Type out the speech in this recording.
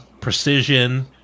precision